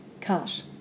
cut